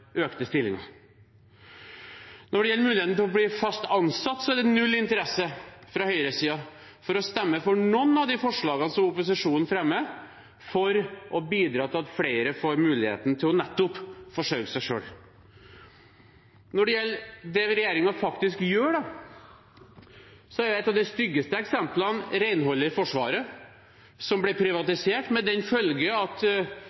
økte stillingsbrøker. Når det gjelder muligheten til å bli fast ansatt, er det null interesse fra høyresiden for å stemme for noen av de forslagene som opposisjonen fremmer for å bidra til at flere får muligheten til nettopp å forsørge seg selv. Når det gjelder det regjeringen faktisk gjør, er et av de styggeste eksemplene renhold i Forsvaret. Det ble privatisert, med den følge at